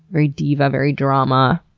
very diva. very drama.